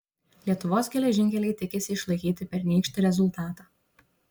lietuvos geležinkeliai tikisi išlaikyti pernykštį rezultatą